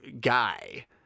guy